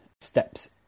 steps